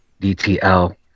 DTL